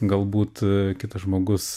galbūt a kitas žmogus